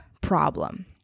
problem